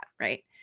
Right